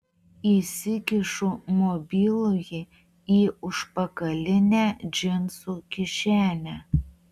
įsikišu mobilųjį į užpakalinę džinsų kišenę